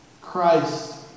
Christ